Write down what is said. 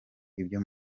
ibyo